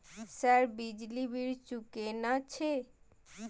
Sir बिजली bill चूकेना छे?